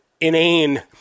inane